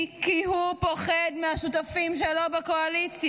היא כי הוא פוחד מהשותפים שלו בקואליציה.